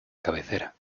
cabecera